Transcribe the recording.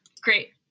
great